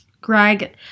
Greg